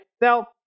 Now